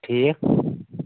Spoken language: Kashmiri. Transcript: ٹھیٖک